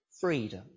freedom